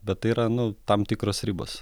bet tai yra nu tam tikros ribos